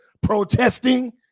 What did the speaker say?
protesting